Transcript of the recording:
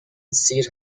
سیر